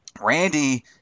Randy